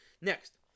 Next